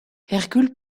hercule